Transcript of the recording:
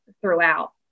throughout